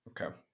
Okay